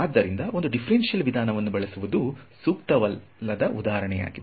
ಆದ್ದರಿಂದ ಒಂದು ದಿಫ್ರೆಂಷಿಯಲ್ ವಿಧಾನವನ್ನು ಬಳಸುವುದು ಸೂಕ್ತವಲ್ಲದ ಉದಾಹರಣೆಯಾಗಿದೆ